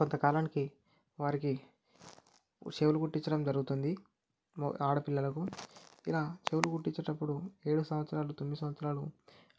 కొంతకాలానికి వారికి చెవులు కుట్టించడం జరుగుతుంది ఆడపిల్లలకు ఇలా చెవులు కుట్టించేటప్పుడు ఏడు సంవత్సరాలు తొమ్మిది సంవత్సరాలు